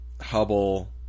Hubble